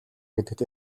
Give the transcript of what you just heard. гэдэгт